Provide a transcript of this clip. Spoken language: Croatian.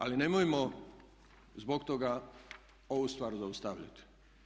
Ali nemojmo zbog toga ovu stvar zaustaviti.